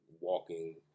walking